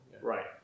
Right